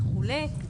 וכולי.